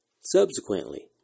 Subsequently